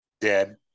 Dead